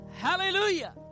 Hallelujah